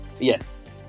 Yes